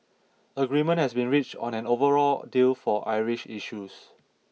agreement has been reached on an overall deal for Irish issues